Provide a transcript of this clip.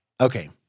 Okay